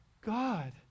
God